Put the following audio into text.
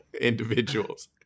individuals